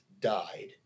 died